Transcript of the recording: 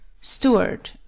Steward